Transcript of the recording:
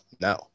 no